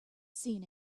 seen